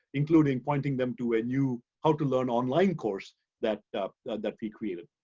including pointing them to a new how to learn online course that that we created.